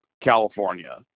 California